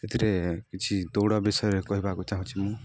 ସେଥିରେ କିଛି ଦୌଡ଼ ବିଷୟରେ କହିବାକୁ ଚାହୁଁଛି ମୁଁ